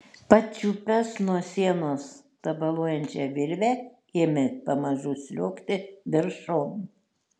pačiupęs nuo sienos tabaluojančią virvę ėmė pamažu sliuogti viršun